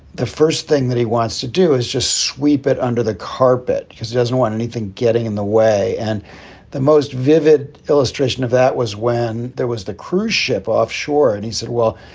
the first thing that he wants to do is just sweep it under the carpet because he doesn't want anything getting in the way. and the most vivid illustration of that was when there was the cruise ship off shore. and he said, well,